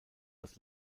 das